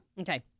Okay